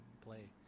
play